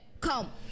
Come